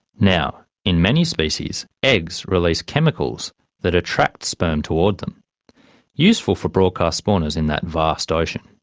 now in many species eggs release chemicals that attract sperm toward them useful for broadcast spawners in that vast ocean.